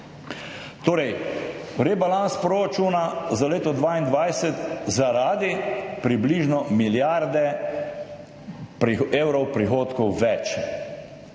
vlade. Rebalans proračuna za leto 2022 zaradi približno milijarde evrov prihodkov več.